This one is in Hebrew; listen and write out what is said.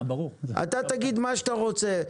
אתה תגיד מה שאתה רוצה.